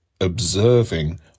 observing